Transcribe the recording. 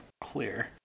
clear